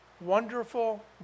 wonderful